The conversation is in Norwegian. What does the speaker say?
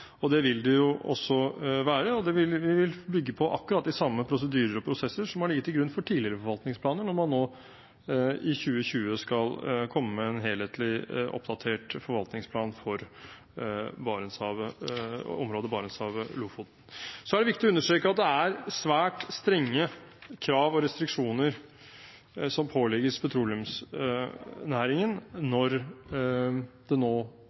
sterkt. Det vil det jo også være, og det vil bygge på akkurat de samme prosedyrer og prosesser som har ligget til grunn for tidligere forvaltningsplaner, når man i 2020 skal komme med en helhetlig, oppdatert forvaltningsplan for området Barentshavet–Lofoten. Det er viktig å understreke at det er svært strenge krav og restriksjoner som pålegges petroleumsnæringen når det nå